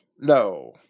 No